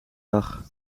dag